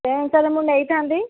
ସେଇ ଅନୁସାରେ ମୁଁ ନେଇଥାନ୍ତି